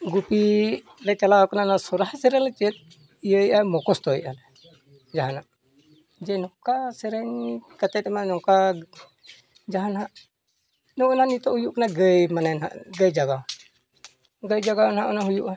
ᱜᱩᱯᱤ ᱞᱮ ᱪᱟᱞᱟᱣ ᱠᱟᱱᱟᱞᱮ ᱥᱚᱨᱦᱟᱭ ᱥᱮᱨᱮᱧ ᱞᱮ ᱪᱮᱫᱫᱟ ᱤᱭᱟᱭᱟ ᱟᱜ ᱢᱩᱠᱷᱚᱥᱛᱚᱭᱟᱞᱮ ᱡᱟᱦᱟᱸ ᱜᱮ ᱡᱮ ᱱᱚᱝᱠᱟ ᱥᱮᱨᱮᱧ ᱠᱟᱛᱮᱫ ᱮᱱᱟᱜ ᱜᱮ ᱱᱚᱝᱠᱟ ᱡᱟᱦᱟᱸ ᱱᱟᱦᱟᱜ ᱱᱚᱜᱼᱚᱸᱭ ᱱᱤᱛᱚᱜ ᱦᱩᱭᱩᱜ ᱠᱟᱱᱟ ᱜᱟᱹᱭ ᱢᱟᱱᱮ ᱱᱟᱦᱟᱜ ᱜᱟᱹᱭ ᱡᱟᱜᱟᱣ ᱜᱟᱹᱭ ᱡᱟᱜᱟᱣ ᱱᱟᱦᱟᱜ ᱦᱩᱭᱩᱜᱼᱟ